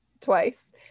twice